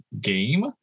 game